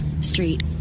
Street